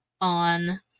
on